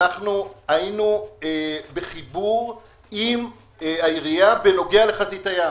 היינו בחיבור עם העירייה בנוגע לחזית הים,